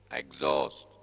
exhaust